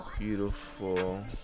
Beautiful